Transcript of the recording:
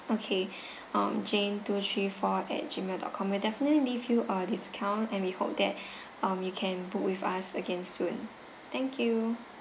okay um jane two three four at Gmail dot com we'll definitely leave you a discount and we hope that um you can book with us again soon thank you